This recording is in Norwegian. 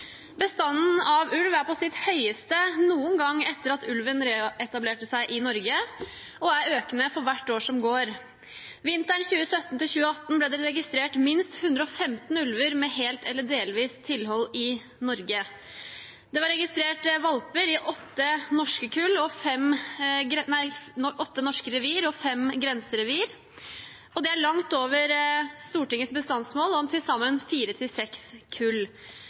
Bestanden av ulv er på sitt høyeste noen gang etter at ulven reetablerte seg i Norge, og er økende for hvert år som går. Vinteren 2017–2018 ble det registrert minst 115 ulver med helt eller delvis tilhold i Norge. Det var registrert valper i åtte norske revir og fem grenserevir, og det er langt over Stortingets bestandsmål om til sammen fire til seks kull.